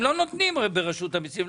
הם לא נותנים ברשות המיסים,